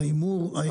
ההימור,